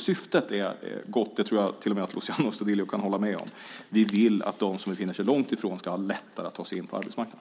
Syftet är gott - det tror jag att till och med Luciano Astudillo kan hålla med om. Vi vill att de som befinner sig långt ifrån ska ha lättare att ta sig in på arbetsmarknaden.